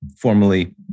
formally